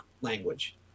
language